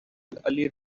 ali